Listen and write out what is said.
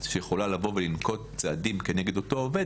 שיכולה לבוא ולנקוט צעדים כנגד אותו עובד,